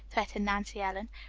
threatened nancy ellen.